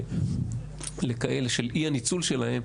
של אי הניצול שלו,